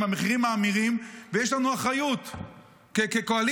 המחירים מאמירים ויש לנו אחריות כקואליציה,